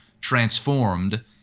transformed